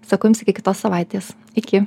sakau jums iki kitos savaitės iki